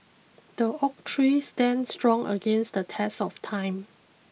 the oak tree stand strong against the test of time